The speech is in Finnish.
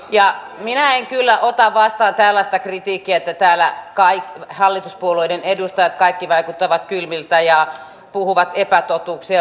minä en kyllä ota vastaan tällaista kritiikkiä että täällä hallituspuolueiden edustajat kaikki vaikuttavat kylmiltä ja puhuvat epätotuuksia ja muuta